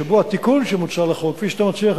שבו התיקון שמוצע לחוק" כפי שאתה מציע,